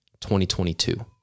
2022